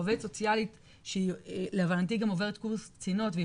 שעובדת סוציאלית שלהבנתי גם עוברת קורס קצינות והיא